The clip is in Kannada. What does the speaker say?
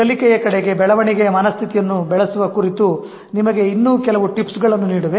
ಕಲಿಕೆಯ ಕಡೆಗೆ ಬೆಳವಣಿಗೆಯ ಮನಸ್ಥಿತಿಯನ್ನು ಬೆಳೆಸುವ ಕುರಿತು ನಿಮಗೆ ಇನ್ನೂ ಕೆಲವು ಟಿಪ್ಸ್ ಗಳನ್ನು ನೀಡುವೆ